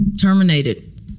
terminated